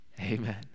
amen